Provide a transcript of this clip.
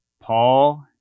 Paul